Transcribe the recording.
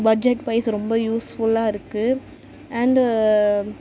budget wise ரொம்ப யூஸ்ஃபுல்லாக இருக்குது அண்டு